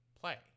Play